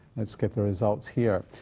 let's get the results here.